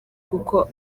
kuko